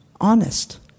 honest